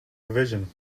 revision